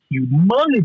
humongous